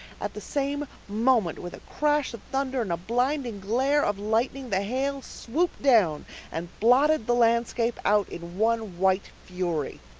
at the same moment, with a crash of thunder and a blinding glare of lightning, the hail swooped down and blotted the landscape out in one white fury.